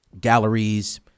galleries